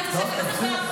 כנראה,